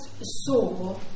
saw